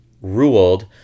ruled